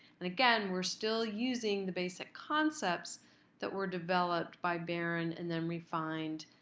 and again, we're still using the basic concepts that were developed by baran and then refined